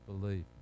believe